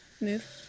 move